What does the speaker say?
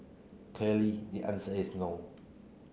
clearly the answer is no